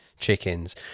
chickens